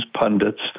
pundits